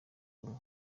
ubumwe